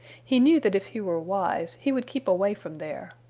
he knew that if he were wise he would keep away from there.